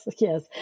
yes